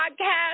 podcast